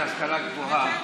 השר להשכלה גבוהה,